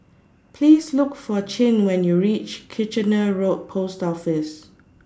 Please Look For Chin when YOU REACH Kitchener Road Post Office